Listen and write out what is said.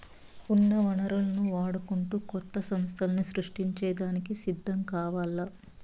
ఉన్న వనరులను వాడుకుంటూ కొత్త సమస్థల్ని సృష్టించే దానికి సిద్ధం కావాల్ల